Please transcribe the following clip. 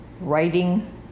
writing